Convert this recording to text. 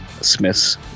Smiths